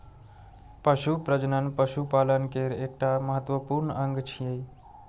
पशु प्रजनन पशुपालन केर एकटा महत्वपूर्ण अंग छियै